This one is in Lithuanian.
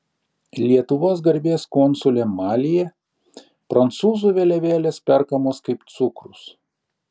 lietuvos garbės konsulė malyje prancūzų vėliavėlės perkamos kaip cukrus